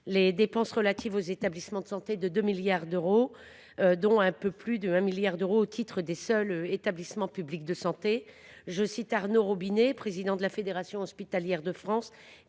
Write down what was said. les dépenses relatives aux établissements de santé de 2 milliards d’euros, dont un peu plus de 1 milliard d’euros pour les seuls établissements publics de santé. Arnaud Robinet, président de la FHF, s’exprime dans